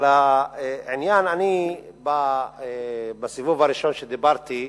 אבל העניין הוא שבסיבוב הראשון כשדיברתי,